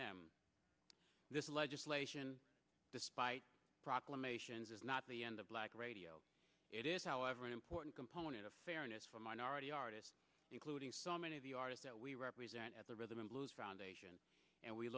them this legislation despite proclamations is not the end of black radio it is however an important component of fairness for minority artists including so many of the artist that we represent at the rhythm and blues foundation and we